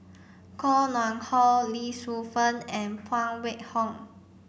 Koh Nguang How Lee Shu Fen and Phan Wait Hong